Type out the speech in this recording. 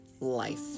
life